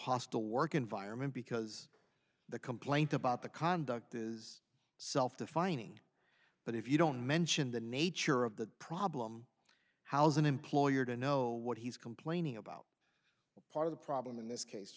hostile work environment because the complaint about the conduct is self defining but if you don't mention the nature of the problem how's an employer to know what he's complaining about part of the problem in this case